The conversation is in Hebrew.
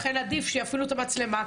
לכן עדיף שיפעילו את המצלמה.